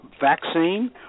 vaccine